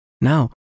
Now